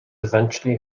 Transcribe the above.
eventually